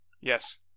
Yes